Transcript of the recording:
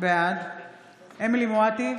בעד אמילי חיה מואטי,